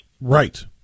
Right